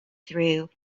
through